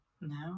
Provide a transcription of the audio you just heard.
No